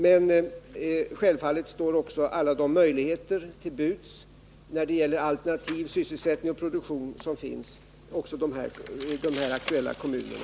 Men naturligtvis står också andra möjligheter till buds till alternativ sysselsättning och produktion.